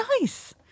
nice